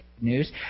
news